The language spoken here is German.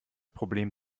problem